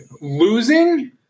Losing